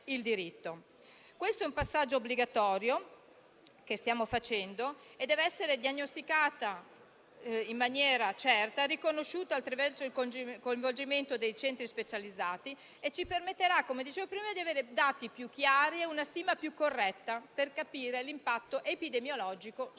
operando è un passaggio obbligatorio. La cefalea deve essere diagnosticata in maniera certa e riconosciuta attraverso il coinvolgimento dei centri specializzati. Ciò ci permetterà di avere dati più chiari e una stima più corretta per capire l'impatto epidemiologico sulla